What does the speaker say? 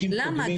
למה?